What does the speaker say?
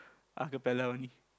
acapella only